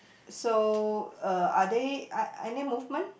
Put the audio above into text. so uh are there uh any movement